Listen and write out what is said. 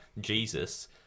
Jesus